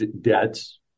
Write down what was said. debts